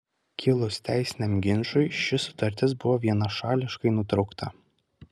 kilus teisiniam ginčui ši sutartis buvo vienašališkai nutraukta